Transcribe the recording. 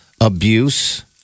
abuse